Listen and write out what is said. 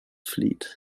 fleet